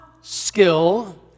skill